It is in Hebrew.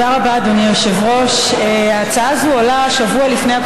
אני מתאר לעצמי שאנחנו לרוב נוכל לרשום אוכלוסיות חלשות לאותו